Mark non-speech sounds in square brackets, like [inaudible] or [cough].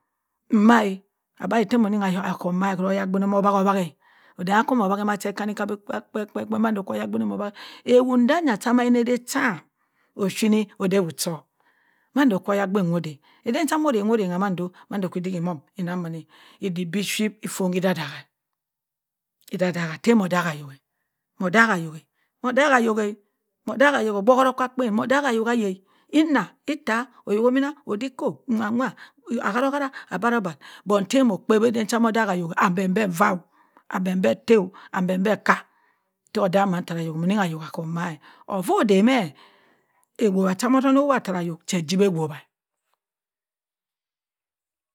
Mma-a abi ayi ta moni ayok akka omma gari oyabinn omo owagi-owagi-a aden cha omo wagi mache i kani ka bẹ [unintelligible] mando ka oyabinn ommo wagi ewo da damma onno da cham ochinni oda awo cho manda ka oyabink nwa oda aden cha moo orranng mando odik e-mom odik biphyit otoni ka odaak-odaaki, idaat-daak ta mo daaaki ayok mo daaki ayok-a, mo daaki ayok-a obokuro ka akpen odaak ayok ka yann inna itte oyo binna oyo dikop nwa-nwa ari-arara abari-obar dong ta mo pawi aden cha no daaki ayok epenper va epenper atta epenper akka ta odam man-thara ayok monni ayok okka omma-a ovo da me ewowbh cha mo wowbh ttara ayok bẹ jiwo awowbh